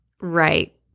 Right